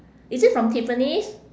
is it from tiffany's